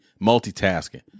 multitasking